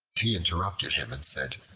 he interrupted him and said,